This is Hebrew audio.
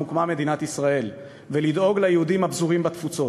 הוקמה מדינת ישראל ולדאוג ליהודים הפזורים בתפוצות.